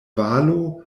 valo